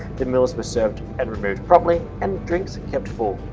the meals were served and removed properly and drinks kept full.